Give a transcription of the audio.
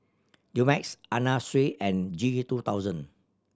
Dumex Anna Sui and G two thousand